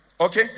Okay